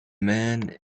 man